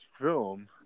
film